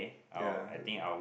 ya